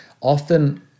often